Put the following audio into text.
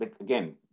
again